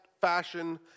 fashion